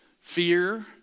fear